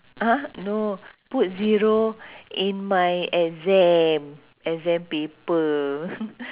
ah no put zero in my exam exam paper